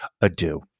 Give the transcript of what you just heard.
Adieu